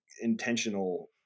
intentional